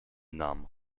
nam